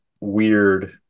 weird